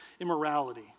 immorality